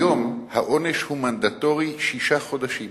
היום, העונש הוא מנדטורי שישה חודשים.